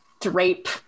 drape